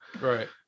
Right